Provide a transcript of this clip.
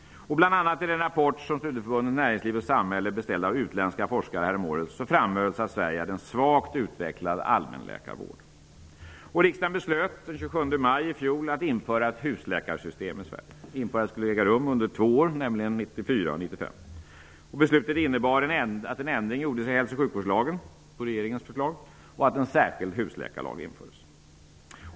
Bl.a. i den rapport som Studieförbundet Näringsliv och Samhälle beställde av utländska forskare häromåret framhölls det att Sverige hade en svagt utvecklad allmänläkarvård. Riksdagen beslöt den 27 maj i fjol att ett husläkarsystem skulle införas i Sverige. Införandet skulle äga rum under två år -- 1994 och 1995.